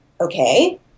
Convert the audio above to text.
okay